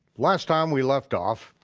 last time we left off,